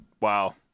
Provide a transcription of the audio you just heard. Wow